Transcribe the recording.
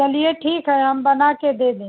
चलिए ठीक है हम बनाकर दे देंगे